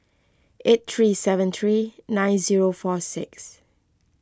eight three seven three nine four six